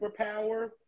superpower